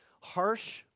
harsh